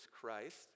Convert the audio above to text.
Christ